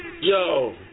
yo